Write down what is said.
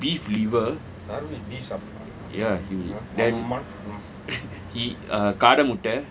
beef liver ya he then காட முட்ட:kaada mutta